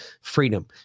freedom